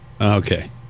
Okay